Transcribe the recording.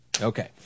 Okay